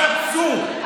זה אבסורד.